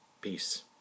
Peace